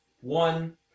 one